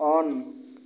on